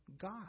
God